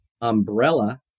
umbrella